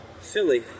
Philly